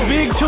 Big